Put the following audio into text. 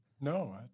No